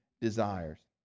desires